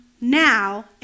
now